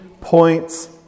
points